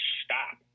stop